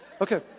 Okay